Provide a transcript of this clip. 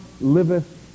liveth